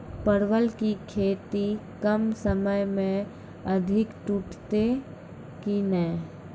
परवल की खेती कम समय मे अधिक टूटते की ने?